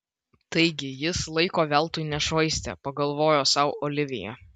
taigi jis laiko veltui nešvaistė pagalvojo sau olivija